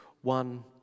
one